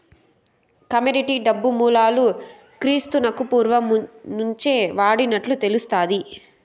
commodity డబ్బు మూలాలు క్రీస్తునకు పూర్వం నుంచే వాడినట్లు తెలుస్తాది